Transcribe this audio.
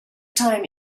time